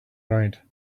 right